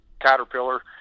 caterpillar